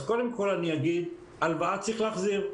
אז קודם כל אני אגיד, הלוואה צריך להחזיר.